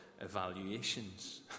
evaluations